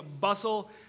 bustle